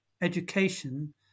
education